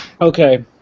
Okay